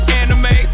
anime